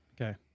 okay